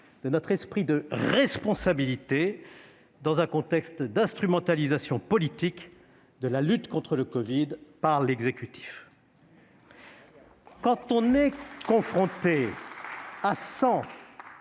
de notre esprit de responsabilité dans un contexte d'instrumentalisation politique de la lutte contre le covid par l'exécutif. Alors que nous sommes confrontés à 100